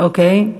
אוקיי,